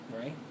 right